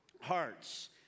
hearts